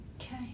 Okay